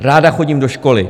Ráda chodím do školy.